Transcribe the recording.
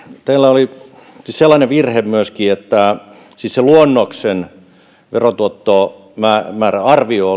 teillä oli sellainen virhe myöskin että se luonnoksen verotuottomääräarvio